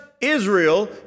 Israel